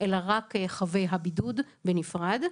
אלא רק את חייבי הבידוד בנפרד,